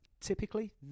Typically